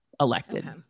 elected